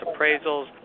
appraisals